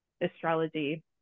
astrology